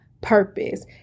purpose